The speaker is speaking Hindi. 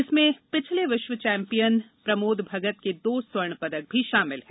इसमें पिछले विश्व चैम्पियन प्रमोद भगत के दो स्वर्ण पदक शामिल हैं